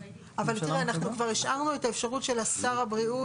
אבל אנחנו כבר השארנו את האפשרות של שר הבריאות